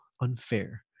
unfair